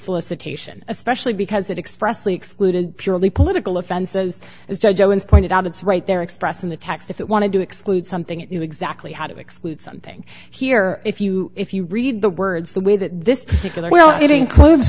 solicitation especially because it expressly excluded purely political offenses as judge jones pointed out it's right there expressed in the text if it wanted to exclude something it you know exactly how to exclude something here if you if you read the words the way that this particular well it include